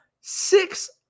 Six